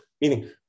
Meaning